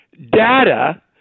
data